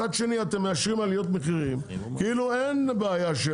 מצד שני אתם מאשרים עליות מחירים כאילו אין בעיה.